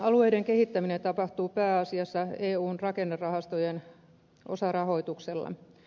alueiden kehittäminen tapahtuu pääasiassa eun rakennerahastojen osarahoituksella